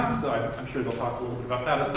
i'm sure they'll talk a little bit about